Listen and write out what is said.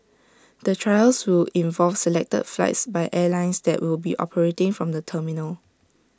the trials will involve selected flights by airlines that will be operating from the terminal